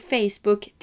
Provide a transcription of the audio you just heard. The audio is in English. Facebook